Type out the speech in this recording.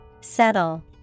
settle